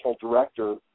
director